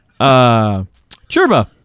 chirba